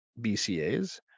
BCAs